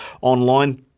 online